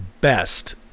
best